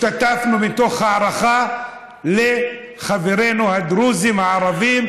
זה מתוך הערכה לחברינו הדרוזים הערבים,